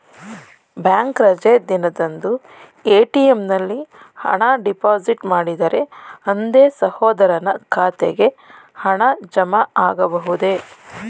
Bank ರಜೆ ದಿನದಂದು ATM ನಲ್ಲಿ ಹಣ ಡಿಪಾಸಿಟ್ ಮಾಡಿದರೆ ಅಂದೇ ಸಹೋದರನ ಖಾತೆಗೆ ಹಣ ಜಮಾ ಆಗಬಹುದೇ?